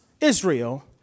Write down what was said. israel